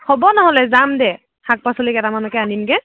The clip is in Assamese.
হ'ব নহ'লে যাম দে শাক পাচলি কেইটামানকৈ আনিমগৈ